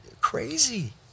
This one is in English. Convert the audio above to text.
crazy